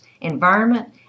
environment